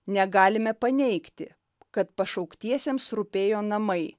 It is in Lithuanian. negalime paneigti kad pašauktiesiems rūpėjo namai